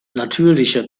natürliche